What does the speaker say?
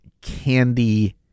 candy